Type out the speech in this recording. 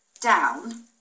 down